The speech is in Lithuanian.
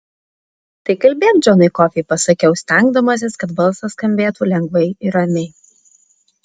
tai kalbėk džonai kofį pasakiau stengdamasis kad balsas skambėtų lengvai ir ramiai